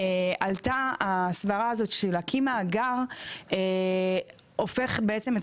עלתה הסברה הזו שלהקים מאגר הופך בעצם את